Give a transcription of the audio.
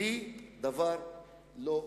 היא דבר לא שווה,